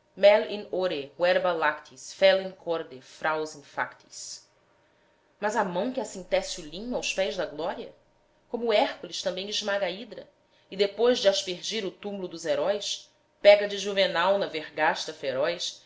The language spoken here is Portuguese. factis mas a mão que assim tece o linho aos pés da glória como hércules também esmaga a hidra e depois de aspergir o tum'lo dos heróis pega de juvenal na vergasta feroz